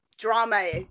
drama